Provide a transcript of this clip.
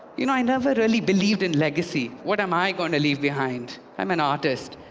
you know, i never really believed in legacy. what am i going to leave behind? i'm an artist.